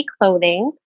Clothing